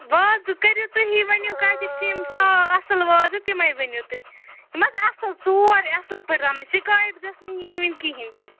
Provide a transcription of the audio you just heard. وازٕ کٔرِو تُہی ؤنِو کَتہِ چھِ یِم سا اَصٕل وازٕ تِمے ؤنِو تُہۍ یِم حَظ اَصٕل سورے اَصٕل پٲٹھۍ رَنن شِکایَت گٔژھ نہٕ یِنۍ وِنۍ کِہیٖنۍ تہِ